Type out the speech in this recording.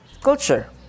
Culture